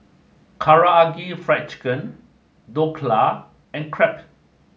Karaage Fried Chicken Dhokla and Crepe